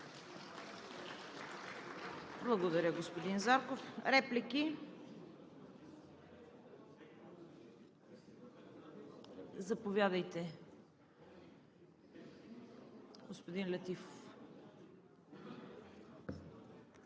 Благодаря, господин Зарков. Реплики? Заповядайте, господин Летифов.